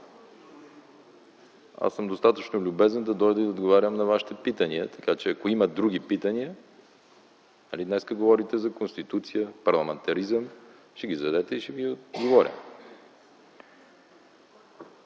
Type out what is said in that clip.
Аз съм достатъчно любезен да дойда и да отговарям на вашите питания, така, че ако има други питания – нали днес говорите за конституция, парламентаризъм, ще ги зададете и ще ви отговоря.